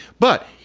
but,